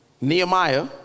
Nehemiah